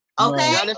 Okay